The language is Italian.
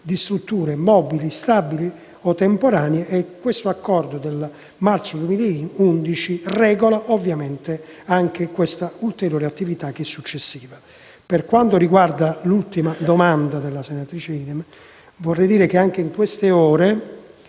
di strutture mobili, stabili o temporanee. Questo accordo del marzo 2011 regola ovviamente anche questa ulteriore attività, che è successiva. Per quanto riguarda l'ultima domanda posta nell'interrogazione della senatrice Idem, anche in queste ore